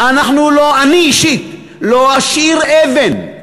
אנחנו לא, אני אישית לא אשאיר אבן,